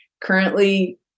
currently